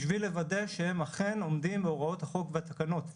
בשביל לוודא שהן אכן עומדים בהוראות החוק והתקנות.